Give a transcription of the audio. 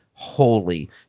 holy